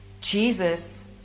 Jesus